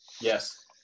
Yes